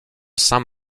saint